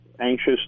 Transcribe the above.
anxious